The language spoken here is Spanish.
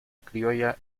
criolla